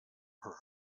pearl